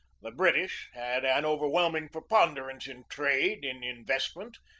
the british had an overwhelm ing preponderance in trade, in investment,